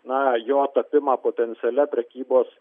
na jo tapimą potencialia prekybos